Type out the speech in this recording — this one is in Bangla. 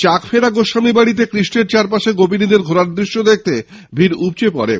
চাক ফেরা গোস্বামী বাড়িতে কৃষ্ণের চারিপাশে গোপিনীদের ঘোরার দৃশ্য দেখতে ভিড় উপচে পরে